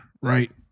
right